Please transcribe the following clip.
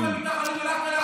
אלימות המתנחלים זה לכאורה?